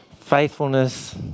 Faithfulness